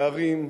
בערים.